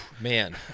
Man